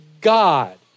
God